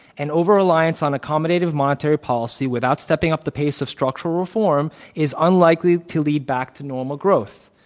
an overreliance on accommodative monetary policy without stepping up the pace of structural reform is un likely to lead back to normal growth.